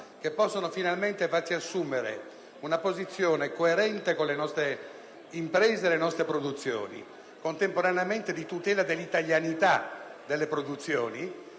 che possono finalmente farci assumere una posizione, coerente verso le nostre imprese e le nostre produzioni, di tutela dell'italianità delle produzioni